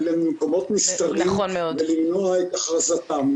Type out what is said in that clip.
למקומות נסתרים ולמנוע את הכרזתם.